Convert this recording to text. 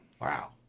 Wow